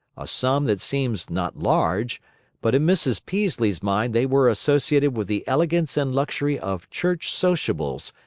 a sum that seems not large but in mrs. peaslee's mind they were associated with the elegance and luxury of church sociables,